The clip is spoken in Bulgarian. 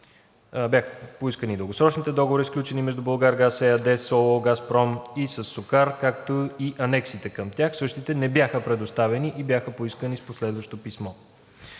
Бяха поискани дългосрочните договори, сключени между „Булгаргаз“ ЕАД с ООО „Газпром Експорт“ и със СОКАР, както и анексите към тях. Същите не бяха предоставени и бяха поискани с последващо писмо.